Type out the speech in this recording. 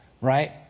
Right